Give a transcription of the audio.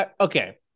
Okay